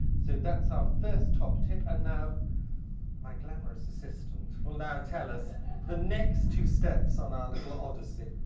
so that's our first top tip. and now my glamorous assistant will now tell us the next two steps on our little odyssey.